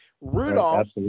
Rudolph